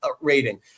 rating